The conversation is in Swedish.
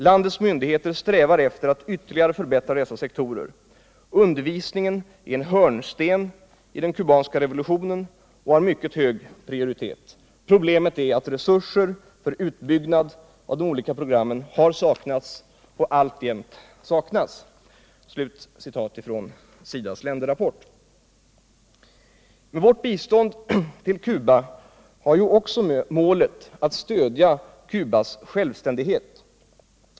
Landets myndigheter strävar efter att ytterligare förbättra dessa sektorer. Undervisningen är en hörnsten i den kubanska revolutionen och har mycket hög prioritet. Problemet är att resurser för utbyggnad av de olika programmen har saknats och alltjämt saknas.” Vårt bistånd till Cuba syftar ju också till att stödja Cubas självständighet.